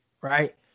right